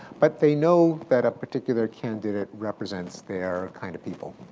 but they know that a particular candidate represents their kind of people,